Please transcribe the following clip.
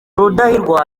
rudahigwa